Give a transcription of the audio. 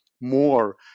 more